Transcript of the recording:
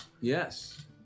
Yes